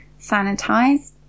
sanitize